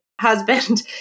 husband